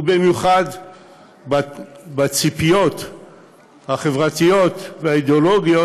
ובמיוחד הציפיות החברתיות והאידיאולוגיות